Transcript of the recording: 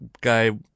guy